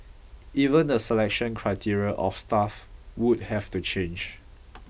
even the selection criteria of staff would have to change